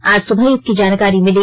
आज सुबह इसकी जानकारी मिली